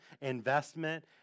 investment